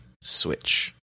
switch